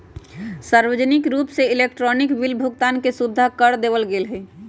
सार्वजनिक रूप से इलेक्ट्रॉनिक बिल भुगतान के सुविधा कर देवल गैले है